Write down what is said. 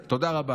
תודה רבה.